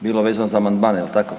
bilo vezano za amandmane jel tako?